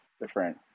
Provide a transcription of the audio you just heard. different